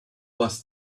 was